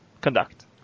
conduct